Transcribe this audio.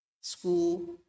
school